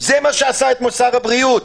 זה מה שעשה אתמול שר הבריאות,